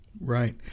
Right